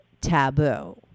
taboo